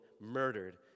murdered